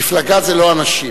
מפלגה זה לא אנשים.